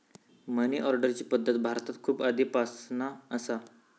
मनी ऑर्डरची पद्धत भारतात खूप आधीपासना असा